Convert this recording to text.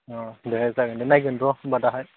अ दे जागोन दे नायगोन र' होनबा दाहाय